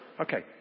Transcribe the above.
Okay